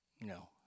No